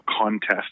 contest